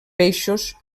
peixos